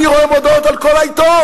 אני רואה מודעות על כל העיתון,